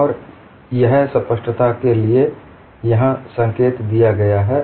और यह स्पष्टता के लिए यहां संकेत दिया गया है